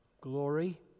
glory